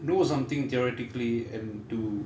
do something theoretically and to